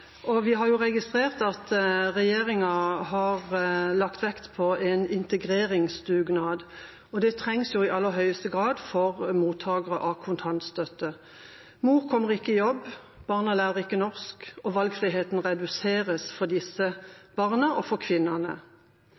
Vi har registrert at regjeringa har lagt vekt på en integreringsdugnad. Det trengs i aller høyeste grad for mottakere av kontantstøtte. Mor kommer ikke i jobb, barna lærer ikke norsk, og valgfriheten reduseres for disse barna og for kvinnene.